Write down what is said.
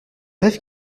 rêve